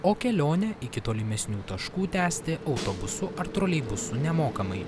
o kelionę iki tolimesnių taškų tęsti autobusu ar troleibusu nemokamai